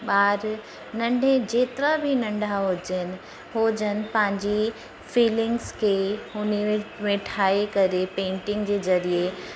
ॿार नंढे जेतिरा बि नंढा हुजनि हो जन पंहिंजे फिलिंग्स खे हुन में ठाहे करे पेंटिंग जे ज़रिए